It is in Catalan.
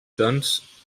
doncs